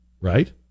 right